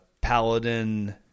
paladin